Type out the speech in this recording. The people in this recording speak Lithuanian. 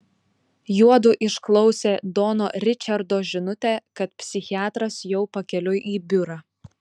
juodu išklausė dono ričardo žinutę kad psichiatras jau pakeliui į biurą